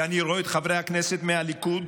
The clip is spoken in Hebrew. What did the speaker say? ואני רואה את חברי הכנסת מהליכוד